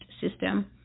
system